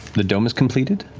the dome is completed,